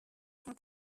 cent